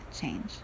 change